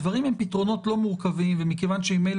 הדברים הם פתרונות לא מורכבים ומכיוון שממילא